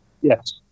Yes